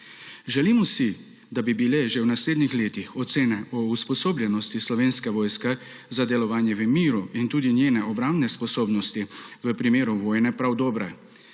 Želimo si, da bi bile že v naslednjih letih ocene o usposobljenosti Slovenske vojske za delovanje v miru in tudi njene obrambne sposobnosti v primeru vojne prav dobre.